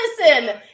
Listen